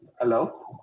Hello